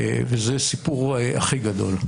זה הסיפור הכי גדול.